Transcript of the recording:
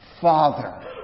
Father